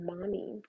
mommy